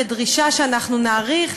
בדרישה שאנחנו נאריך,